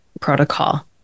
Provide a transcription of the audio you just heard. protocol